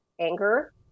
anger